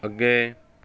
ਅੱਗੇ